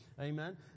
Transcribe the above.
Amen